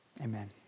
Amen